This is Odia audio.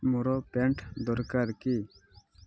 ମୋର ପ୍ୟାଣ୍ଟ ଦରକାର କି